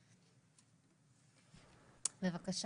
בבקשה.